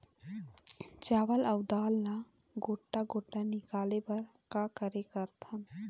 चावल अऊ दाल ला गोटा गोटा निकाले बर का कर सकथन?